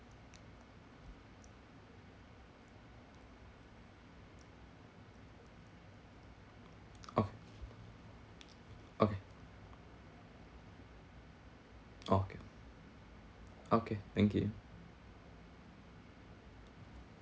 okay okay okay okay thank you